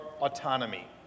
autonomy